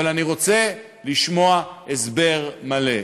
אבל אני רוצה לשמוע הסבר מלא,